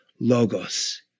Logos